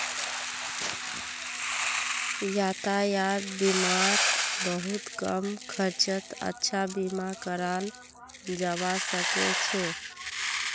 यातायात बीमात बहुत कम खर्चत अच्छा बीमा कराल जबा सके छै